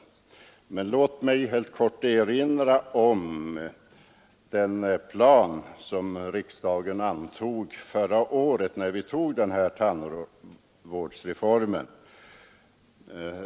Men låt mig helt kort erinra om den plan som riksdagen antog förra året när vi fattade beslut om tandvårdsreformen.